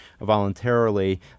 voluntarily